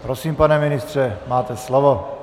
Prosím, pane ministře, máte slovo.